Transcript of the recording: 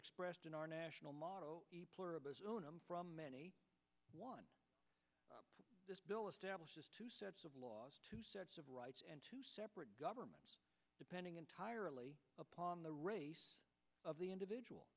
expressed in our national motto from any one this bill establishes two sets of laws two sets of rights and two separate governments depending entirely upon the race of the individual